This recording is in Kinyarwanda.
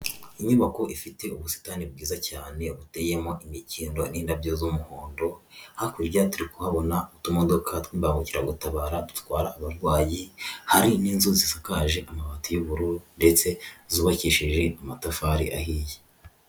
Inyubako ifite ubusitani bwiza cyane buteyemo imikindo n'indabyo z'umuhondo, hakurya turi kuhabona utumodoka tw'imbagukiragutabara datwara abarwayi, hari n'iezu zisakaje amabati y'ubururu ndetse zubakishije amatafari ahiye.